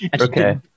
Okay